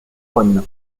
one